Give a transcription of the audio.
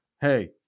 hey